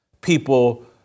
people